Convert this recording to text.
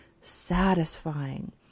satisfying